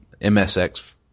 MSX